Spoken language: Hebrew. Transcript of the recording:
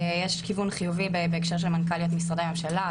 יש כיוון חיובי בהקשר של מנכ"ליות משרדי ממשלה.